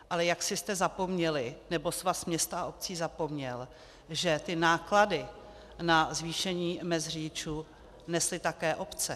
Ale jaksi jste zapomněli, nebo Svaz měst a obcí zapomněl, že ty náklady na zvýšení mezd řidičů nesly také obce.